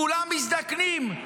כולם מזדקנים.